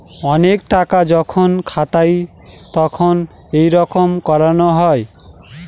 অনেক টাকা যখন খাতায় তখন এইরকম করানো হয়